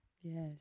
Yes